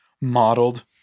modeled